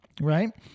right